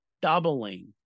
doubling